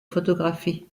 photographies